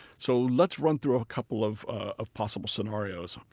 so let's run through a couple of of possible scenarios.